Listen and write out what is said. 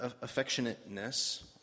Affectionateness